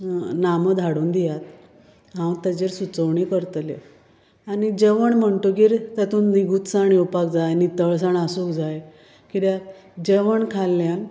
नामो धाडून दियात हांव ताचेर सुचोवणी करतलें आनी जवण म्हणटगीर तातून विघूतसाण येवपाक जाय आनी नितळसाण आसूंक जाय कित्याक जेवण खाल्ल्यान